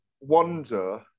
wonder